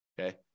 Okay